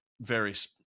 various